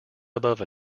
above